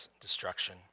destruction